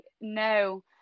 No